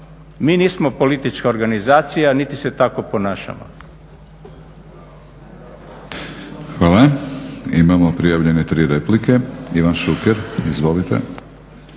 Mi nismo politička organizacija niti se tako ponašamo.